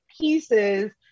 pieces